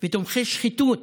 ותומכי שחיתות,